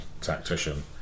tactician